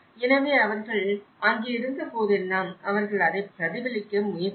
எனவே அவர்கள் அங்கு இருந்த போதெல்லாம் அவர்கள் அதை பிரதிபலிக்க முயற்சிக்கிறார்கள்